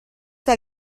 sua